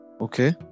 okay